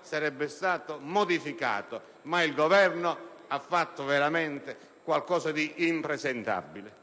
sarebbe stato modificato. Il Governo ha fatto veramente qualcosa di impresentabile.